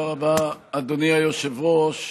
תודה רבה, אדוני היושב-ראש.